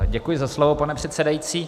Děkuji za slovo, pane předsedající.